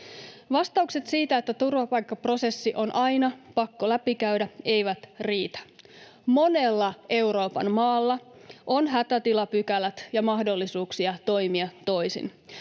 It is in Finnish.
Vastaukset siitä, että turvapaikkaprosessi on aina pakko läpikäydä, eivät riitä. Monella Euroopan maalla on hätätilapykälät ja mahdollisuuksia toimia toisin.